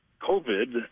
COVID